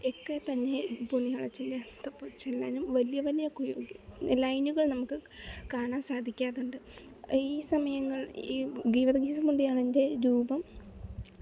ഒക്കെത്തന്നെ പുണ്യാളച്ചൻ്റെ അടുത്ത് പോയി ചൊല്ലാനും വലിയ വലിയ ലൈനുകൾ നമുക്ക് കാണാൻ സാധിക്കാറുണ്ട് ഈ സമയങ്ങൾ ഈ ഗീവർഗീസ് പുണ്യാളൻ്റെ രൂപം